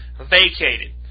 vacated